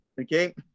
okay